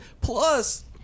Plus